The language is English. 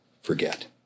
forget